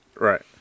Right